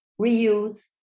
reuse